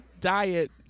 Diet